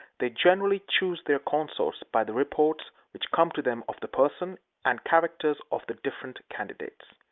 they generally choose their consorts by the reports which come to them of the person and character of the different candidates.